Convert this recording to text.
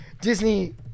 Disney